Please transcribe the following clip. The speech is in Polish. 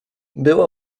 była